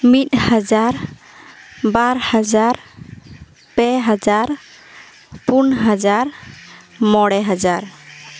ᱢᱤᱫ ᱦᱟᱡᱟᱨ ᱵᱟᱨ ᱦᱟᱡᱟᱨ ᱯᱮ ᱦᱟᱡᱟᱨ ᱯᱩᱱ ᱦᱟᱡᱟᱨ ᱢᱚᱬᱮ ᱦᱟᱡᱟᱨ